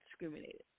discriminated